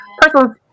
personal